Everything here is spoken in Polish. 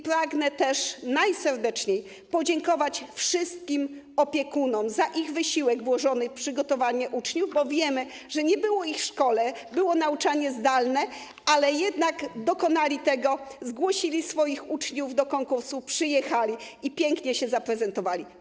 Pragnę też najserdeczniej podziękować wszystkim opiekunom za ich wysiłek włożony w przygotowanie uczniów, bo wiemy, że nie było ich w szkole, było nauczanie zdalne, ale jednak dokonali tego, zgłosili swoich uczniów do konkursu, przyjechali i pięknie się zaprezentowali.